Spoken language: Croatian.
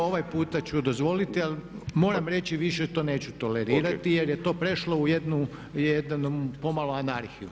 Ovaj puta ću dozvoliti, ali moram reći više to neću tolerirati jer je to prešlo u jednu pomalo anarhiju.